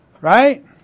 Right